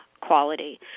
quality